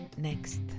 next